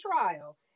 trial